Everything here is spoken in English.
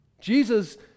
Jesus